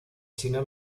china